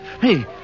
Hey